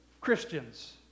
Christians